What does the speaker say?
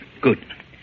Good